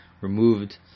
removed